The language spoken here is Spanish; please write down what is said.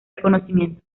reconocimiento